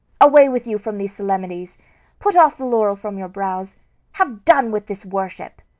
away with you from these solemnities put off the laurel from your brows have done with this worship!